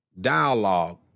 dialogue